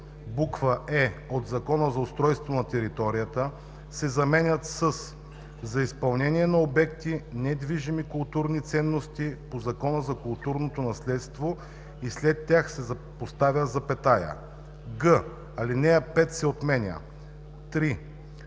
буква „е“ от Закона за устройство на територията” се заменят със „За изпълнение на обекти – недвижими културни ценности по Закона за културното наследство“ и след тях се поставя запетая; г) алинея 5 се отменя. 3.